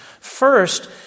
First